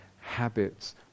habits